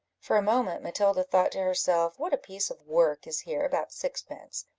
for a moment, matilda thought to herself, what a piece of work is here about sixpence,